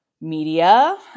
media